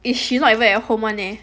is she not even at home [one] leh